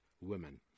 women